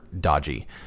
dodgy